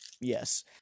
yes